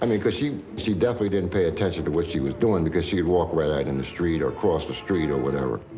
i mean because she she definitely didn't pay attention to what she was doing because she would walk right in the street or across the street or whatever.